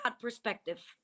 perspective